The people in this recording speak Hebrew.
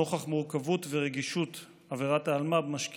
נוכח מורכבות ורגישות עבירת האלימות במשפחה